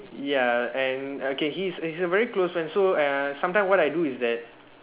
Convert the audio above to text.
ya and okay he's he's a very close friend so uh sometimes what I do is that